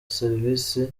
serivisi